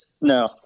No